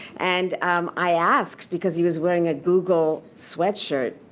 and um i asked, because he was wearing a google sweatshirt,